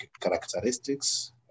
characteristics